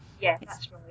Yes